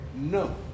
no